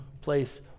place